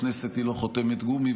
הכנסת היא לא חותמת גומי,